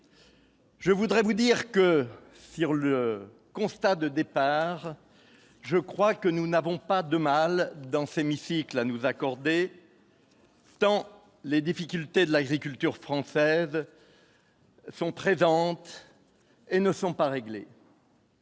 Je voudrais vous dire que firent le constat de départ, je crois que nous n'avons pas de mal, dans ces Micic là nous accorder tant les difficultés de l'agriculture française. Sont présents et ne sont pas réglé.